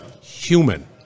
human